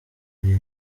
ibi